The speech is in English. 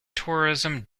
tourism